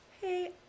hey